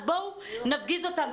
אז בואו נפגיז אותם.